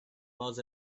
was